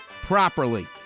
properly